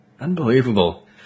Unbelievable